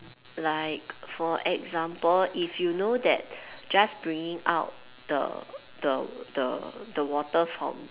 like for example if you know that just bringing out the the the the water from